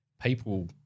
people –